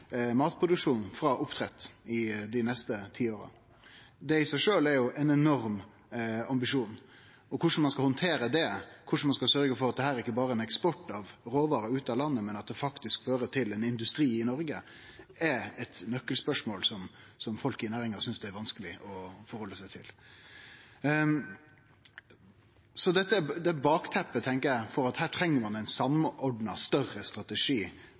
dei neste ti åra. Det i seg sjølv er jo ein enorm ambisjon, og korleis ein skal handtere det, korleis ein skal sørgje for at dette ikkje berre er ein eksport av råvarer ut av landet, men at det faktisk fører til ein industri i Noreg, er eit nøkkelspørsmål som folk i næringa synest er vanskeleg å halde seg til. Dette er bakteppet, tenkjer eg, for at ein treng ein samordna, større strategi